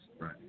Right